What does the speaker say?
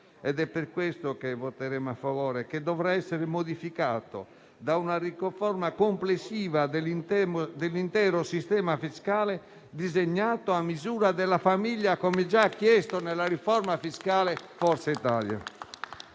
- per questo voteremo a favore - che dovrà essere modificato da una riforma complessiva dell'intero sistema fiscale disegnato a misura della famiglia, come già chiesto nella riforma fiscale da Forza Italia.